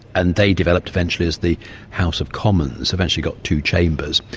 and they developed eventually as the house of commons, eventually got two chambers,